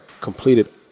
completed